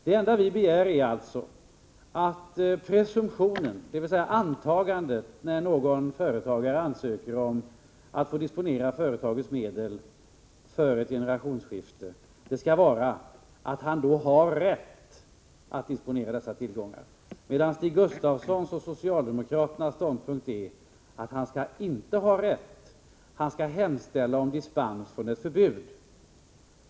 Det enda vi begär är alltså att presumtionen, dvs. antagandet, när någon företagare ansöker om att få disponera företagets medel för ett generationsskifte skall vara att han har rätt att disponera dessa tillgångar, medan Stig Gustafssons och socialdemokraternas ståndpunkt är att han inte har denna rätt utan skall hemställa om dispens från ett förbud.